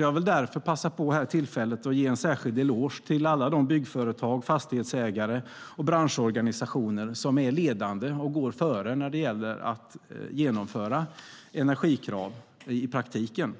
Jag vill därför passa på tillfället och ge en särskild eloge till alla de byggföretag, fastighetsägare och branschorganisationer som är ledande och går före när det gäller att genomföra energikrav i praktiken.